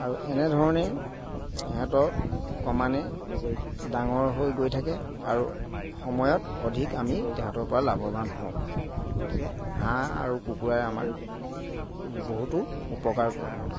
আৰু এনেধৰণে ইিহঁতৰ ক্ৰমান্বয়ে ডাঙৰ হৈ গৈ থাকে আৰু সময়ত অধিক আমি সিহঁহঁতৰ পৰা লাভৱান হওঁ গতিকে হাঁহ আৰু কুকুৰাই আমাৰ বহুতো উপকাৰ কৰে সিহঁতক